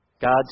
God's